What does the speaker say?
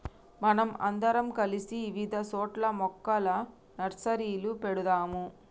మనం అందరం కలిసి ఇవిధ సోట్ల మొక్కల నర్సరీలు పెడదాము